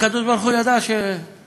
הקדוש-ברוך-הוא ידע שהוא